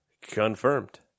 confirmed